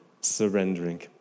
Surrendering